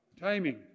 timing